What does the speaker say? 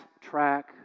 track